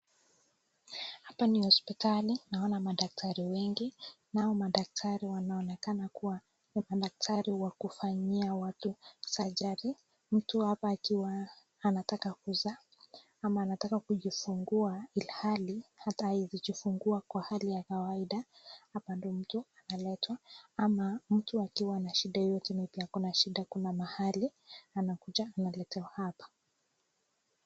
Hapa ni hospitali naona madaktari wengi. Hao madaktari wanaonekana kuwa ni madaktari wa kufanyia watu surgery . Mtu hapa akiwa anataka kuzaa ama anataka kujifungua ilihali hatawezi kujifungua kwa hali ya kawaida, hapa ndio mtu analetwa ama mtu akiwa na shida yoyote mpya, kuna shida, kuna mahali anakuja analetewa hapa.